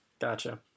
gotcha